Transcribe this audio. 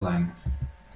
sein